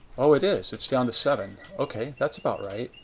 oh, it is it's down to seven. okay, that's about right.